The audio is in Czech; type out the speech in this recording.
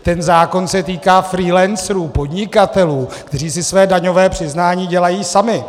Ten zákon se týká freelancerů, podnikatelů, kteří si své daňové přiznání dělají sami.